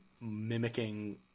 mimicking